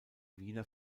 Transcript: wiener